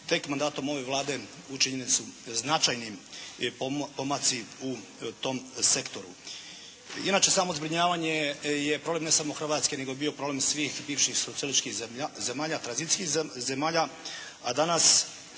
Tek mandatom ove Vlade učinjeni su značajni pomaci u tom sektoru. Inače samo zbrinjavanje je problem ne samo Hrvatske nego je bio problem svih bivših socijalističkih zemalja, tranzicijskih zemalja, a danas